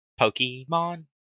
Pokemon